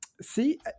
see